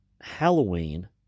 Halloween